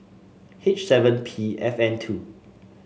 H seven P F N two